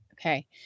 Okay